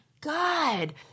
god